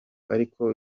ariko